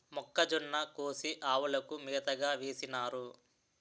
మొక్కజొన్న కోసి ఆవులకు మేతగా వేసినారు